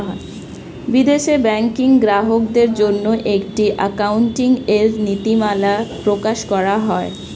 বিদেশে ব্যাংকিং গ্রাহকদের জন্য একটি অ্যাকাউন্টিং এর নীতিমালা প্রকাশ করা হয়